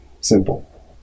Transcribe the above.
simple